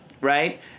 right